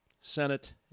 Senate